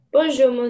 Bonjour